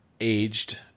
aged